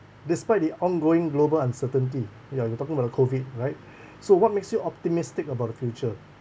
despite the ongoing global uncertainty ya you're talking about COVID right so what makes you optimistic about the future